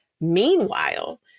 Meanwhile